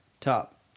Top